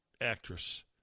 actress